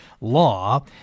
law